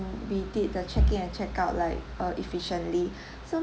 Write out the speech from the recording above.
we did the check in and check out like uh efficiently so